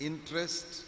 Interest